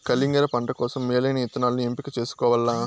కలింగర పంట కోసం మేలైన ఇత్తనాలను ఎంపిక చేసుకోవల్ల